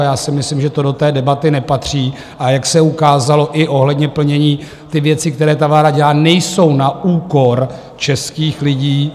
Já si myslím, že to do té debaty nepatří, a jak se ukázalo i ohledně plnění, ty věci, které vláda dělá, nejsou na úkor českých lidí.